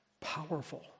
powerful